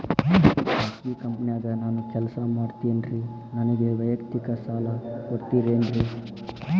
ಖಾಸಗಿ ಕಂಪನ್ಯಾಗ ನಾನು ಕೆಲಸ ಮಾಡ್ತೇನ್ರಿ, ನನಗ ವೈಯಕ್ತಿಕ ಸಾಲ ಕೊಡ್ತೇರೇನ್ರಿ?